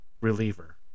reliever